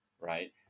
Right